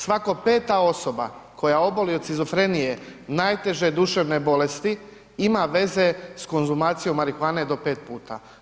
Svaka 5 osoba koja oboli od shizofrenije najteže duševne bolesti ima veze s konzumacijom marihuane do 5 puta.